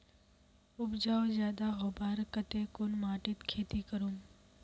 उपजाऊ ज्यादा होबार केते कुन माटित खेती करूम?